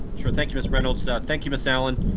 sure, thank you, miss reynolds so thank you. miss allen.